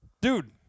dude